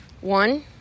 One